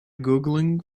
googling